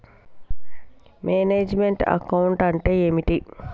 Manage meant account అంటే ఏమిటి?